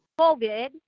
COVID